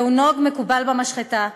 זהו נוהג מקובל במשחטה,